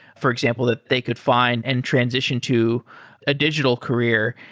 for example, that they could find and transition to a digital career,